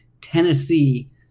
Tennessee